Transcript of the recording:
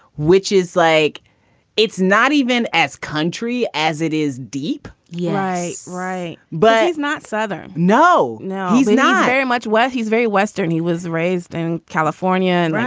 which is like it's not even as country as it is deep. yeah, right. right. but he's not southern. no. no, he's not very much well he's very western. he was raised in california and.